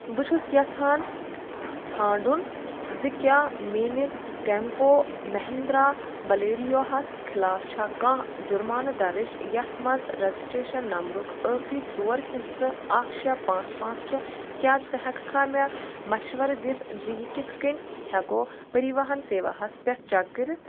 بہٕ چھُس یَژھان ژھانٛڈُن زِ کیٛاہ میٛٲنِس ٹیٚمپو مہنٛدرا بلیرِیٛو ہس خِلاف چھا کانٛہہ جُرمانہٕ درٕج یَتھ منٛز رجسٹرٛیشن نمبرُک ٲخری ژور ہِنٛدسہٕ اکھ شےٚ پانٛژھ پانٛژھ چھُ کیٛاہ ژٕ ہیٚکہِ کھا مےٚ مشور دِتھ زِ یہِ کِتھ کٔنۍ ہیٚکو پریٖواہن سیوا ہَس پٮ۪ٹھ چیٚک کٔرِتھ